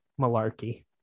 malarkey